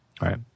Right